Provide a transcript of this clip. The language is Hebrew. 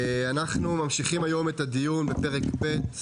אנחנו ממשיכים היום את הדיון בפרק ב'